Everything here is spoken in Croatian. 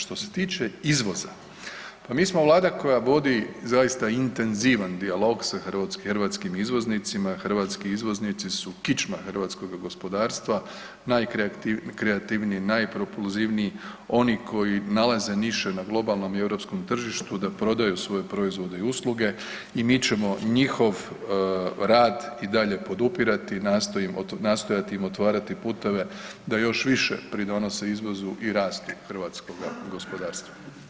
Što se tiče izvoza, pa mi smo Vlada koja vodi zaista intenzivan dijalog sa hrvatskim izvoznicima, hrvatski izvoznici su kičma hrvatskoga gospodarstva, najkreativniji, najpropulzivniji, oni koji nalaze niše na globalnom i europskom tržištu da prodaju svoje proizvode i usluge i mi ćemo njihov rad i dalje podupirati, nastojati im otvarati puteve da još više pridonose izvozu i rastu hrvatskoga gospodarstva.